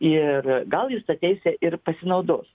ir gal jis ta teise ir pasinaudos